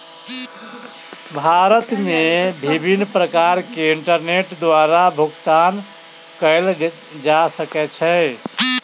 भारत मे विभिन्न प्रकार सॅ इंटरनेट द्वारा भुगतान कयल जा सकै छै